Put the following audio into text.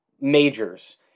majors